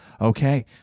Okay